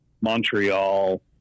Montreal